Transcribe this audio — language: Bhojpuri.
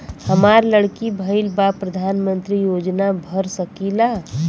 हमार लड़की भईल बा प्रधानमंत्री योजना भर सकीला?